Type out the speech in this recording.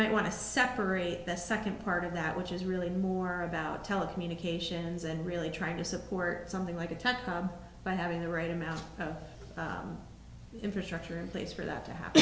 might want to separate the second part of that which is really more about telecommunications and really trying to support something like a ton by having the right amount of infrastructure in place for that to happen